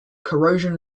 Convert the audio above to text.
corrosion